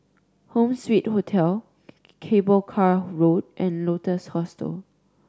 Home Suite Hotel Cable Car Road and Lotus Hostel